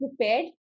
prepared